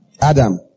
Adam